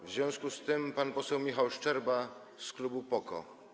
W związku z tym pan poseł Michał Szczerba z klubu PO-KO.